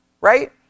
right